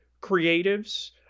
creatives